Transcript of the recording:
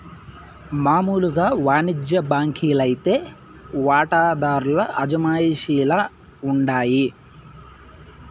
మామూలు వానిజ్య బాంకీ లైతే వాటాదార్ల అజమాయిషీల ఉండాయి